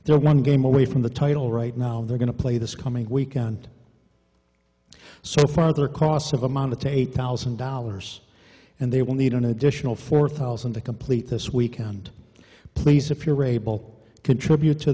are one game away from the title right now they're going to play this coming weekend so far there are costs of a man with a thousand dollars and they will need an additional four thousand to complete this weekend please if you're able to contribute to